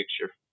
picture